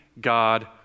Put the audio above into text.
God